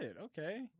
okay